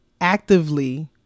actively